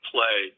Play